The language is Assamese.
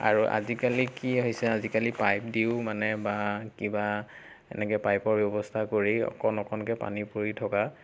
আৰু আজিকালি কি আহিছে আজিকালি পাইপ দিও মানে বা কিবা এনেকৈ পাইপৰ ব্যৱস্থা কৰি অকণ অকণকৈ পানী পৰি থকা